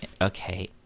Okay